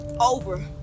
over